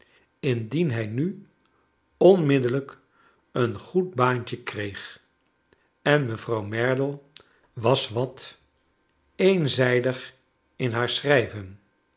indien hij nu onmiddellijk een good baantje kreeg en mevrouw merdle was wat eenzijdig in haar schrijven